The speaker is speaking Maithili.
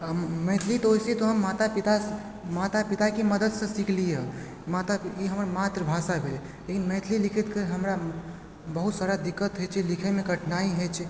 मैथिली तो वैसे तो हम माता पिता माता पिताके मदतिसँ सिखलियै हइ माता ई हमर मातृभाषा भेल लेकिन मैथिली लिखयके हमरा बहुत सारा दिक्कत होइ छै लिखयमे कठिनाइ होइ छै